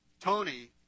Tony